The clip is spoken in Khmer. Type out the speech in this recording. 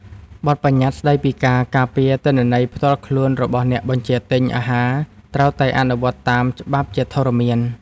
បទប្បញ្ញត្តិស្ដីពីការការពារទិន្នន័យផ្ទាល់ខ្លួនរបស់អ្នកបញ្ជាទិញអាហារត្រូវតែអនុវត្តតាមច្បាប់ជាធរមាន។